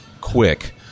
quick